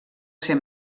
ser